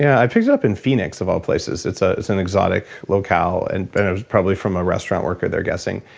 i picked it up in phoenix, of all places. it's ah it's an exotic local and it was probably from a restaurant worker, they're guessing.